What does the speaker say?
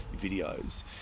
videos